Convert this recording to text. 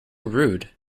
rude